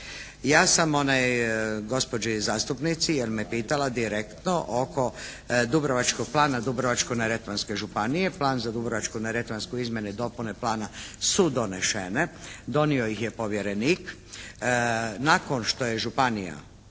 Ja sam gospođi zastupnici jer me pitala direktno oko dubrovačkog, plana Dubrovačko-neretvanske županije, plan za Dubrovačko-neretvansku, izmjene i dopune plana su donešene. Donio ih je povjerenik, nakon što je županija